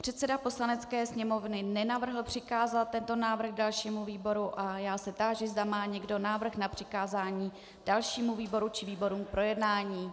Předseda Poslanecké sněmovny nenavrhl přikázat tento návrh dalšímu výboru a já se táži, zda má někdo návrh na přikázání dalšímu výboru či výborům k projednání.